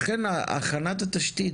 ולכן הכנת התשתית,